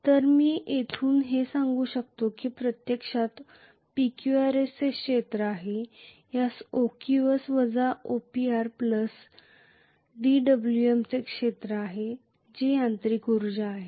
तर मी येथून हे सांगू शकतो की हे प्रत्यक्षात PQRS चे क्षेत्र आहे यास OQS वजा OPR प्लस dWm चे क्षेत्र आहे जे यांत्रिक ऊर्जा आहे